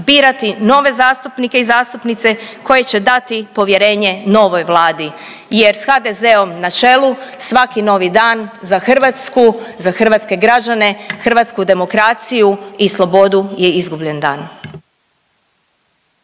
birati nove zastupnike i zastupnice koje će dati povjerenje novoj Vladi jer s HDZ-om na čelu svaki novi dan za Hrvatsku za hrvatske građane, hrvatsku demokraciju i slobodu je izgubljen dan.